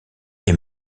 est